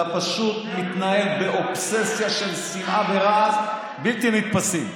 אתה פשוט מתנהג באובססיה של שנאה, בלתי נתפסים.